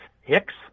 Hicks